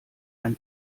ein